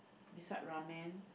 beside Ramen